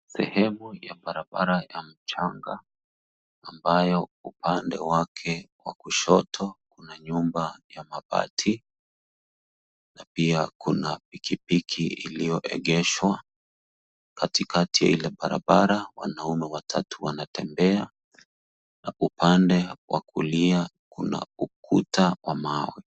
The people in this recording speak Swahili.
Sehemu ya barabara ya mchanga ambayo upande wake wa kushoto kuna nyumba ya mabati na pia kuna pikipiki iliyoegeshwa ,katikati ya ile barabara wanaume watatu wanatembea na upande wa kulia kuna ukuta wa mawe.